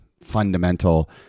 fundamental